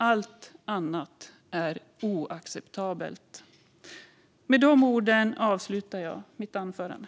Allt annat är oacceptabelt. Med de orden avslutar jag mitt anförande.